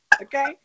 okay